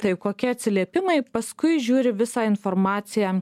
taip kokie atsiliepimai paskui žiūri visą informaciją